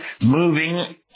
moving